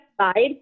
side